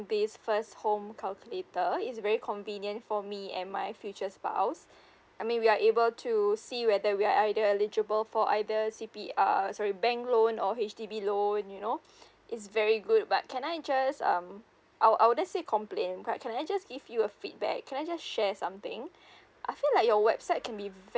this first home calculator is very convenient for me and my future spouse I mean we are able to see whether we're either eligible for either C_P_R sorry bank loan or H_D_B loan you know it's very good but can I just um I'll I'll let's say complaint but can I just give you a feedback can I just share something I feel like your website can be